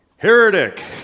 Heretic